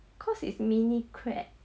cause it's mini crab